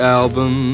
album